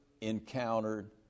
encountered